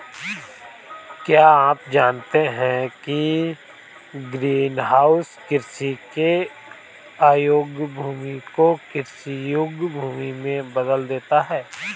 क्या आप जानते है ग्रीनहाउस कृषि के अयोग्य भूमि को कृषि योग्य भूमि में बदल देता है?